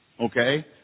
okay